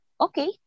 okay